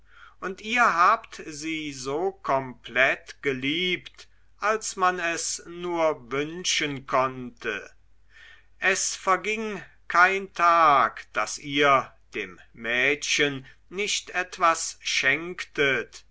und ihr habt sie so komplett geliebt als man es nur wünschen konnte es verging kein tag daß ihr dem mädchen nicht etwas schenktet